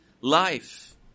life